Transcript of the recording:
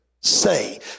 say